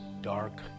dark